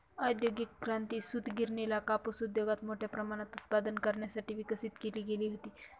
औद्योगिक क्रांती, सूतगिरणीला कापूस उद्योगात मोठ्या प्रमाणात उत्पादन करण्यासाठी विकसित केली गेली होती